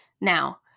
Now